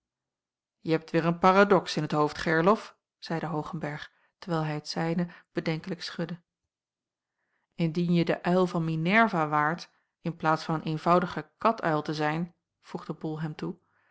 je hebt weêr een paradox in t hoofd gerlof zeide hoogenberg terwijl hij het zijne bedenkelijk schudde indien je de uil van minerva waart in plaats van een eenvoudige kat uil te zijn voegde bol hem toe